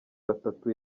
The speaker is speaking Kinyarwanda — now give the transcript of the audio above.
batatu